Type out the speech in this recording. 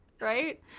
Right